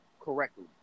correctly